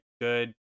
good